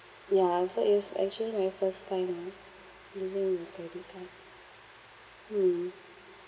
ya so it's actually my first time ah using a credit card mm